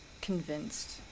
convinced